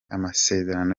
amasezerano